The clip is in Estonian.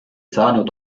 saanud